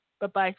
Bye-bye